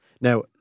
Now